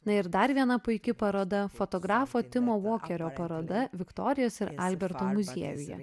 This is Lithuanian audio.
na ir dar viena puiki paroda fotografo timo vokerio paroda viktorijos ir alberto muziejuje